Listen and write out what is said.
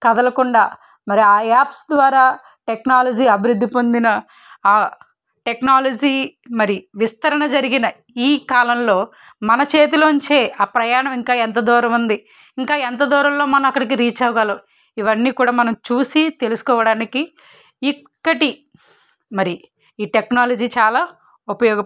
కదలకుండా మరి ఆ యాప్స్ ద్వారా టెక్నాలజీ అభివృద్ధి పొందిన ఆ టెక్నాలజీ మరి విస్తరణ జరిగిన ఈ కాలంలో మన చేతిలో నుంచి ఆ ప్రయాణం ఇంకా ఎంత దూరం ఉంది ఇంకా ఎంత దూరంలో మనం అక్కడికి రీచ్ అవ్వగలం ఇవన్నీ కూడా మనం చూసి తెలుసుకోవడానికి ఈ కటి మరి ఈ టెక్నాలజీ చాలా ఉపయోగపడు